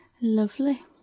Lovely